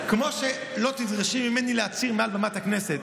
כמו שלא תדרשי ממני להצהיר מעל בימת הכנסת